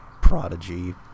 prodigy